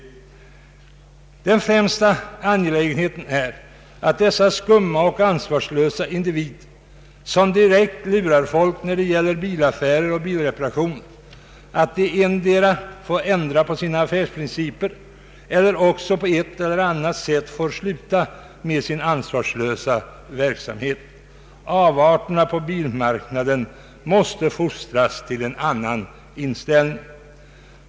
Vad som främst är angeläget är att dessa skumma och ansvarslösa individer som direkt lurar folk när det gäller bilaffärer och bilreparationer antingen får ändra på sina affärsprinciper eller också på ett eller annat sätt får sluta med sin ansvarslösa verksamhet. De som svarar för dessa avarter på bilmarknaden måste fostras till en annan inställning.